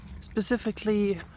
Specifically